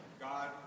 God